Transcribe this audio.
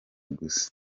gusa